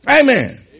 Amen